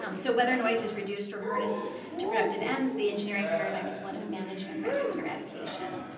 um so, whether noise is reduced or harnessed to productive ends, the engineering paradigm is one of management rather than eradication.